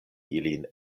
ilin